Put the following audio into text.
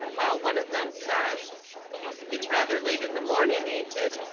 while one of them said it's rather late in the morning, ain't it?